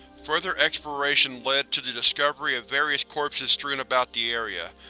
further exploration led to the discovery of various corpses strewn about the area,